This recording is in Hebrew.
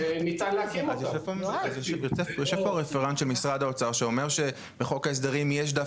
אבל החלטת ממשלה שגם אמורה להביא תקציב לנושא כדי לספק